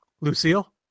Lucille